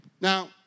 now